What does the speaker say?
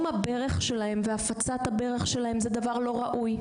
הברך שלהם והפצת הברך שלהם זה דבר לא ראוי,